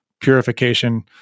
purification